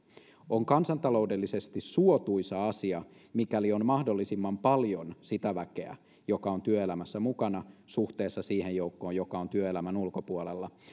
on kansantaloudellisesti suotuisa asia mikäli on mahdollisimman paljon sitä väkeä joka on työelämässä mukana suhteessa siihen joukkoon joka on työelämän ulkopuolella